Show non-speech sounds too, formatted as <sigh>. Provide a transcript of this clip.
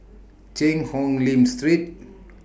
Cheang Hong Lim Street <noise>